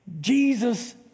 Jesus